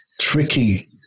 tricky